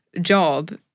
job